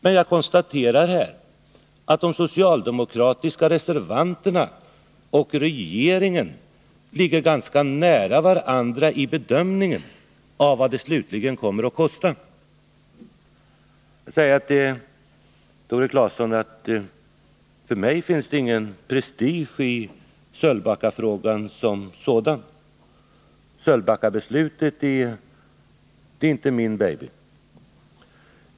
Men jag konstaterar att de socialdemokratiska reservanterna och Onsdagen den regeringen ligger ganska nära varandra i bedömningen av vad det slutligen 19 november 1980 kommer att kosta. Jag vill också säga till Tore Claeson, att för mig finns det ingen prestige i Sölvbackafrågan som sådan. Sölvbackabeslutet är inte min baby.